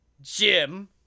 Jim